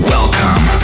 Welcome